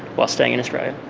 while staying in australia.